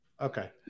Okay